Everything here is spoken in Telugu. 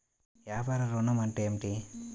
వ్యాపార ఋణం అంటే ఏమిటి?